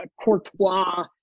Courtois